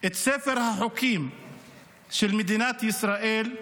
את ספר החוקים של מדינת ישראל,